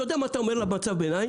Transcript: אתה יודע מה אתה אומר לה במצב ביניים?